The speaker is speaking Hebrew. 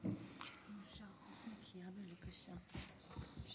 אבל קודם כול